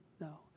no